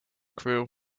crew